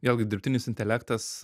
vėlgi dirbtinis intelektas